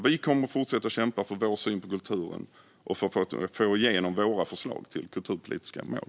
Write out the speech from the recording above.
Vi kommer att fortsätta kämpa för vår syn på kulturen och för att få igenom våra förslag till kulturpolitiska mål.